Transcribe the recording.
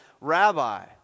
rabbi